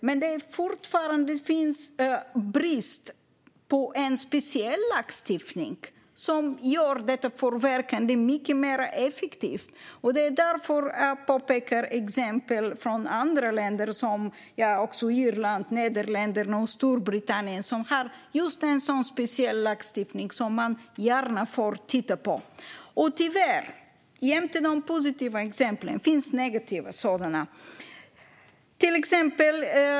Men fortfarande finns det brist på en speciell lagstiftning som gör detta förverkande mycket mer effektivt. Det är därför som jag pekar på exempel från andra länder - Irland, Nederländerna och Storbritannien - som har just en sådan speciell lagstiftning som man gärna får titta på. Jämte de positiva exemplen finns tyvärr negativa sådana.